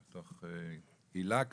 בתוך הילה כזאת,